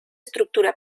estructura